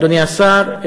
אדוני השר,